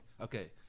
okay